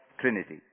Trinity